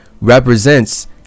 represents